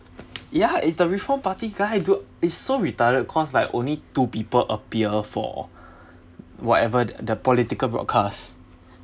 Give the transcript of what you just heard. ya it's the reform part guy dude it's so retarded cause like only two people appear for whatever the political broadcast